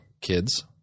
kids